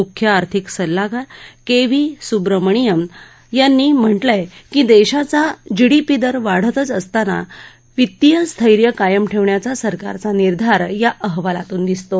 म्ख्य आर्थिक सल्लागार के व्ही सुब्रमणियन यांनी म्हटलंय की देशाचा जीडीपी दर वाढवत असतानाच वितीय स्थैर्य कायम ठेवण्याचा सरकारचा निर्धार या अहवालातून दिसून येतो